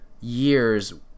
years